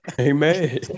Amen